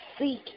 seek